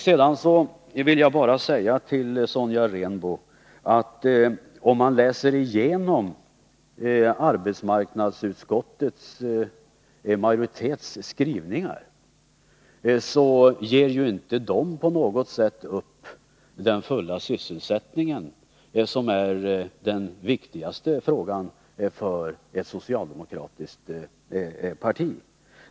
Sedan vill jag bara säga till Sonja Rembo att om man läser igenom arbetsmarknadsutskottets majoritets skrivningar, ser man att majoriteten inte på något sätt ger upp den fulla sysselsättningen, som är den viktigaste frågan för ett socialdemokratiskt parti.